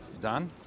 done